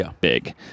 big